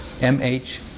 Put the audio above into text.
M-H